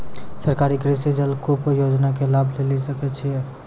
सरकारी कृषि जलकूप योजना के लाभ लेली सकै छिए?